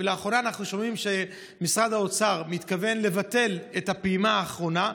לאחרונה אנחנו שומעים שמשרד האוצר מתכוון לבטל את הפעימה האחרונה,